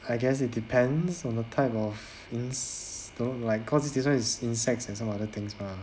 I guess it depends on the type of ins~ don't like cause this [one] is insects and some other things mah